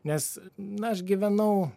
nes na aš gyvenau